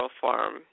farm